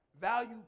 Value